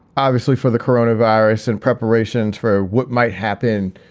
obviously, for the corona virus and preparations for what might happen,